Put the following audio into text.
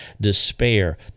despair